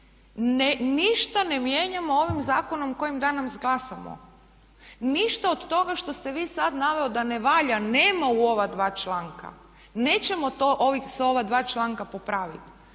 ništa ne mijenjamo ovim zakonom o kojem danas govorimo. Ništa od toga što ste vi sad naveli da ne valja nema u ova dva članka. Nećemo to s ova dva članka popraviti.